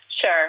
Sure